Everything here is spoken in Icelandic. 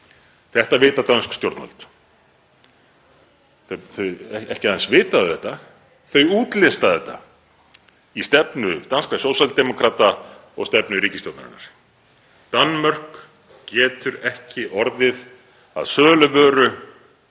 Þetta vita dönsk stjórnvöld. Ekki aðeins vita þau þetta, þau útlista þetta í stefnu danskra sósíaldemókrata og stefnu ríkisstjórnarinnar. Danmörk getur ekki orðið að söluvöru